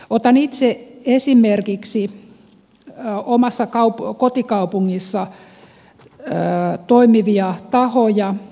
otan itse esimerkiksi omassa kotikaupungissani toimivia tahoja